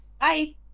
Bye